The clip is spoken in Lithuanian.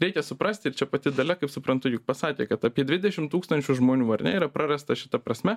reikia suprasti ir čia pati dalia kaip suprantu juk pasakė kad apie dvidešim tūkstančių žmonių ar ne yra prarasta šita prasme